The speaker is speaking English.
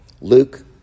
Luke